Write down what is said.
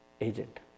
agent